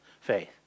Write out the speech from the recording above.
faith